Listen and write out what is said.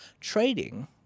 trading